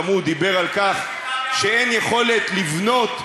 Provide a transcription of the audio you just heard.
גם הוא דיבר על כך שאין יכולת לבנות.